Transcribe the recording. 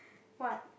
what